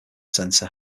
center